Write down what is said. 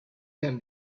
than